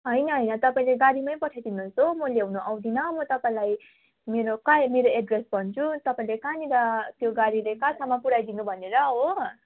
होइन होइन तपाईँले गाडीमै पठाइ दिनुहोस् हो म लेउनु आउँदिन म तपाईँलाई मेरो कहाँ मेरो एड्रेस भन्छु तपाईँले कहाँनिर त्यो गाडीले कहाँसम्म पुऱ्याइदिनु भनेर हो